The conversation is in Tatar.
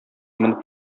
менеп